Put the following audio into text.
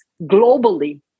globally